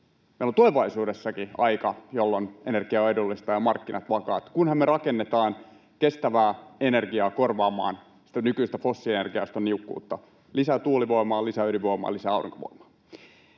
Meillä on tulevaisuudessakin aika, jolloin energia on edullista ja markkinat vakaat, kunhan me rakennetaan kestävää energiaa korvaamaan nykyistä fossiilienergiaa ja sitä niukkuutta — lisää tuulivoimaa, lisää ydinvoimaa, lisää aurinkovoimaa.